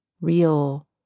real